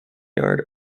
yard